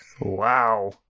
Wow